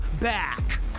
back